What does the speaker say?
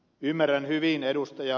ymmärrän hyvin ed